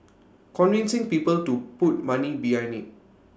convincing people to put money behind IT